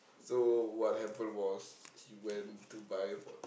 so what happen was she went to buy for